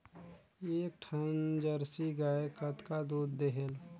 एक ठन जरसी गाय कतका दूध देहेल?